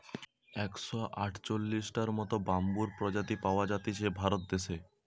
একশ আটচল্লিশটার মত বাম্বুর প্রজাতি পাওয়া জাতিছে ভারত দেশে